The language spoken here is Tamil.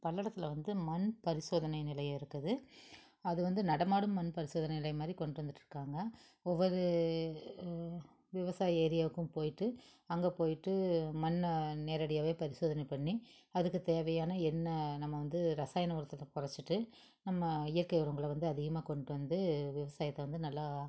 பல்லடத்தில் வந்து மண் பரிசோதனை நிலையம் இருக்குது அது வந்து நடமாடும் மண் பரிசோதனை நிலையம்மாதிரி கொண்டு வந்துகிட்ருக்காங்க ஒவ்வொரு விவசாயி ஏரியாவுக்கும் போய்ட்டு அங்கே போய்ட்டு மண்ணை நேரடியாகவே பரிசோதனை பண்ணி அதுக்கு தேவையான என்ன நம்ம வந்து ரசாயன உரத்த குறச்சிட்டு நம்ம இயற்கை உரங்களை வந்து அதிகமாக கொண்டு வந்து விவசாயத்தை வந்து நல்லா